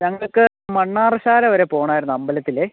ഞങ്ങൾക്ക് മണ്ണാറശാല വരെ പോവണമായിരുന്നു അമ്പലത്തിൽ